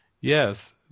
Yes